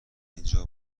اینجا